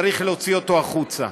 צריך להוציא אותו החוצה,